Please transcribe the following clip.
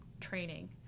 training